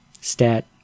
stat